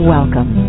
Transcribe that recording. Welcome